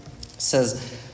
says